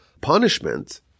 punishment